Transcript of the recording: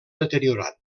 deteriorat